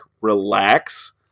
relax